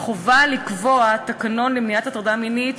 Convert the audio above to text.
והחובה לקבוע תקנון למניעת הטרדה מינית